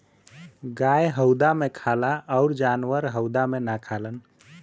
गाय हउदा मे खाला अउर जानवर हउदा मे ना खालन